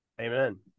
Amen